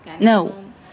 No